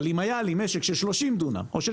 אבל אם היה לי משק של 30 דונם או של